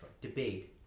Debate